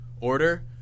order